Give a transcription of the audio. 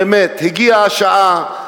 באמת הגיעה השעה,